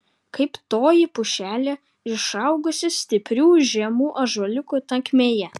kaip toji pušelė išaugusi stiprių žemų ąžuoliukų tankmėje